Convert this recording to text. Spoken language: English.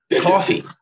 coffee